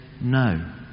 no